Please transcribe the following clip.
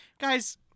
guys